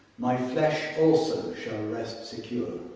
my flesh also shall rest secure,